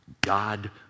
God